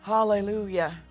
Hallelujah